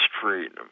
freedom